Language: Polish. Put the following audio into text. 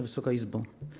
Wysoka Izbo!